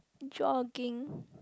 jogging